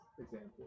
example